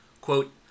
Quote